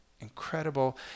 incredible